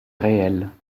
réel